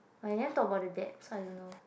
but he never talk about the dad so I don't know